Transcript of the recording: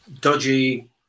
dodgy